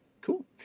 Cool